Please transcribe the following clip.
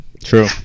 True